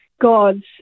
God's